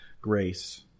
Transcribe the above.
grace